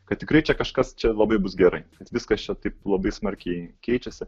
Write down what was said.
kad tikrai čia kažkas čia labai bus gerai viskas čia taip labai smarkiai keičiasi